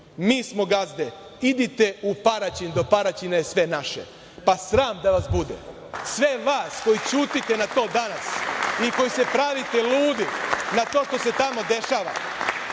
Mi smo gazde, idite u Paraćin, do Paraćina je sve naše". Sram da vas bude! Sve vas koji ćutite na to danas i koji se pravite ludi na to što se tamo dešava